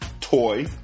toy